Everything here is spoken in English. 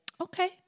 okay